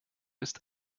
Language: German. ist